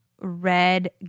red